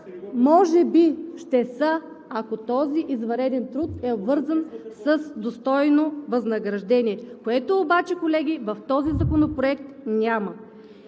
Може би ще са, ако този извънреден труд е обвързан с достойно възнаграждение, което обаче, колеги, в този законопроект няма.